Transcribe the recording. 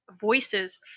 voices